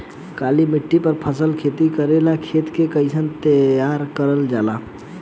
काली मिट्टी पर फसल खेती करेला खेत के कइसे तैयार करल जाला?